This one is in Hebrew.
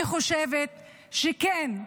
אני חושבת שכן,